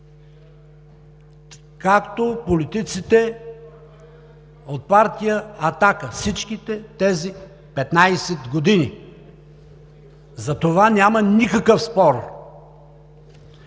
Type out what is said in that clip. както политиците от партия „Атака“ – всичките тези 15 години. За това няма никакъв спор.